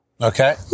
okay